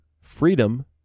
freedom